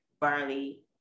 barley